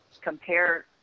compare